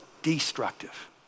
destructive